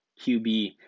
QB